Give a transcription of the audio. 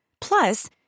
Plus